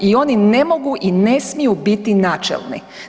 I oni ne mogu i ne smiju biti načelni.